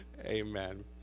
Amen